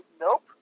nope